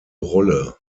rolle